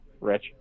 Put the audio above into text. rich